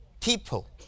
people